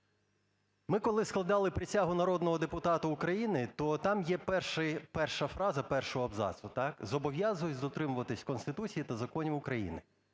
Ми коли складали присягу народного депутата України, то там є перша фраза першого абзацу: "Зобов'язуюсь дотримуватись Конституції та законів України".